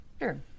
Sure